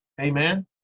amen